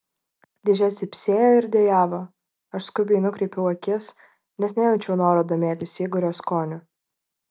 dėžė cypsėjo ir dejavo aš skubiai nukreipiau akis nes nejaučiau noro domėtis igorio skoniu